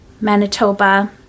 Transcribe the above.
Manitoba